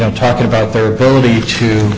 know talking about their ability to